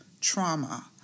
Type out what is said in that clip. trauma